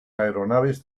aeronaves